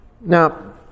Now